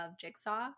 Jigsaw